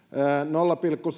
nolla pilkku